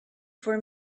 for